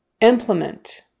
implement